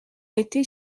été